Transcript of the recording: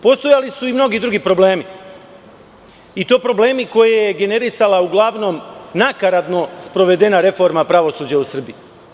Postojali su i mnogi drugi problemi i to problemi koje je generisala uglavnom nakaradno sprovedena reforma pravosuđa u Srbiji.